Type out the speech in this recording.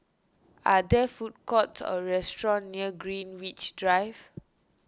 are there food courts or restaurants near Greenwich Drive